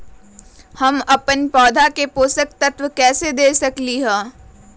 हम अपन पौधा के पोषक तत्व कैसे दे सकली ह?